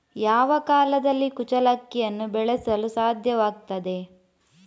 ಯಾವ ಕಾಲದಲ್ಲಿ ಕುಚ್ಚಲಕ್ಕಿಯನ್ನು ಬೆಳೆಸಲು ಸಾಧ್ಯವಾಗ್ತದೆ?